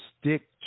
stick